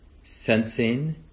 sensing